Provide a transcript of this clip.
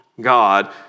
God